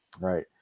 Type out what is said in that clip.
right